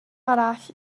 arall